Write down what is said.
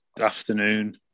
afternoon